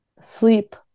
sleep